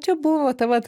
čia buvo ta vat